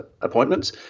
appointments